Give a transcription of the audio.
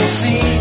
see